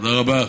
תודה רבה.